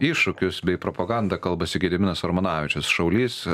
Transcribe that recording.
iššūkius bei propagandą kalbasi gediminas armonavičius šaulys